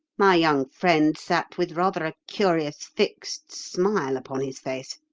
my young friend sat with rather a curious fixed smile upon his face.